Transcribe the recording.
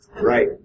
Right